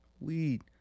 Weed